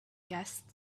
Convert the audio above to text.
guest